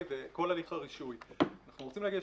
אנחנו רוצים להגיע ל-60%.